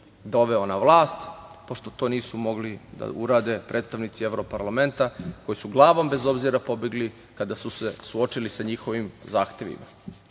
doveo na vlast, pošto to nisu mogli da urade predstavnici Evropskog parlamenta koji su glavom bez obzira pobegli kada su se suočili sa njihovim zahtevima. Naravno,